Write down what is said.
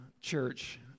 church